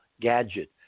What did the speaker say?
gadget